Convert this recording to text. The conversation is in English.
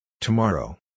Tomorrow